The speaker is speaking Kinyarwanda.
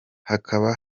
hakaba